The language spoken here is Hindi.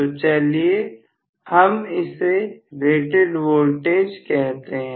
तो चलिए हम इसे रेटेड वोल्टेज कहते हैं